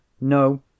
No